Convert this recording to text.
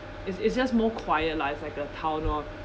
is is just more quiet lah it's like a town of